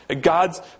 God's